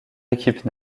équipes